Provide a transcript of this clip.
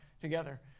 together